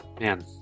Man